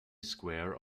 square